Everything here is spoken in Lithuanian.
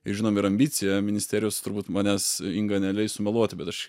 ir žinom ir ambiciją ministerijos turbūt manęs inga neleis sumeluoti bet aš